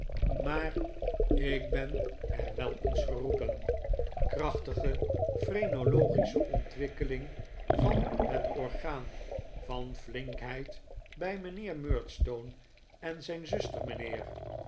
maar ik ben er wel eens geroepen krachtige phrenologische ontwikkeling van het orgaan van flinkheid bij mijnheer murdstone en zijn zuster mijnheer